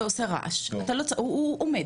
זה עושה רעש, ותנשום.